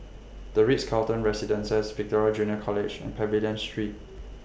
The Ritz Carlton Residences Victoria Junior College and Pavilion Street